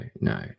no